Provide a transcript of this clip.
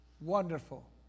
Wonderful